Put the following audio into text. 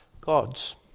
gods